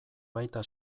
baita